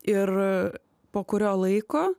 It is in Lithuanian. ir po kurio laiko